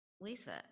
Lisa